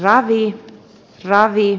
raha ei tarvi